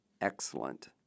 excellent